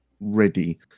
ready